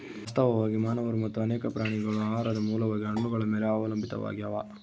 ವಾಸ್ತವವಾಗಿ ಮಾನವರು ಮತ್ತು ಅನೇಕ ಪ್ರಾಣಿಗಳು ಆಹಾರದ ಮೂಲವಾಗಿ ಹಣ್ಣುಗಳ ಮೇಲೆ ಅವಲಂಬಿತಾವಾಗ್ಯಾವ